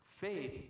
faith